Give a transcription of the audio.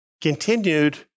continued